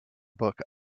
book